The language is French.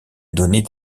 donner